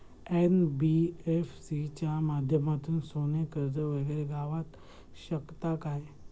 NBFC च्या माध्यमातून सोने कर्ज वगैरे गावात शकता काय?